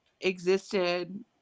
existed